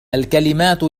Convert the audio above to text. الكلمات